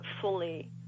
fully